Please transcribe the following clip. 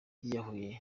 yiyahuye